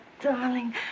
darling